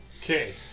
Okay